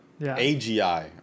agi